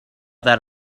that